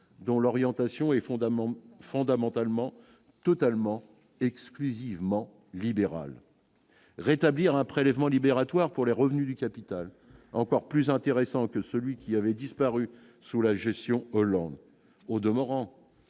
dont l'orientation est fondamental fondamentalement totalement exclusivement libérale rétablir un prélèvement libératoire pour les revenus du capital encore plus intéressant que celui qui avait disparu sous la gestion Hollande au demeurant